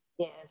Yes